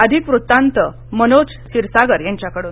अधिक वृत्तांत मनोज क्षीरसागर यांच्याकडून